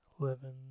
eleven